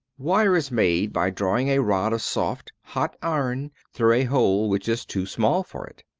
wire is made by drawing a rod of soft, hot iron through a hole which is too small for it.